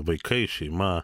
vaikai šeima